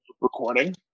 recording